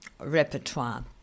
repertoire